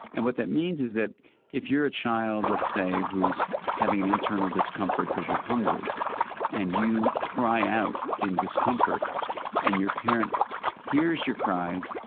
and what that means is that if you're a child let's say who's having an internal discomfort because you're hungry and you cry out in discomfort and your parent hears your cries,